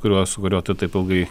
kuriuo su kuriuo tu taip ilgai